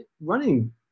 running